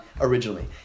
originally